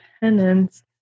penance